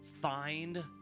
find